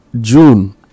june